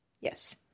Yes